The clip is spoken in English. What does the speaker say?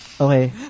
okay